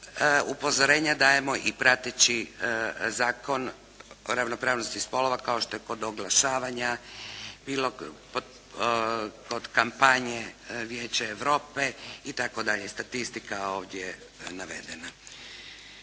upozorenja dajemo i prateći Zakon o ravnopravnosti spolova kao što je kod oglašavanja, kod kampanje, Vijeće Europe itd., statistika je ovdje navedena.